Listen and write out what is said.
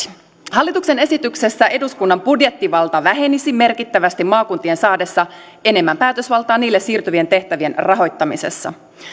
hallituksen esityksessä eduskunnan budjettivalta vähenisi merkittävästi maakuntien saadessa enemmän päätösvaltaa niille siirtyvien tehtävien rahoittamisessa